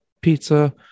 pizza